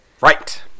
Right